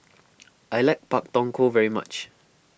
I like Pak Thong Ko very much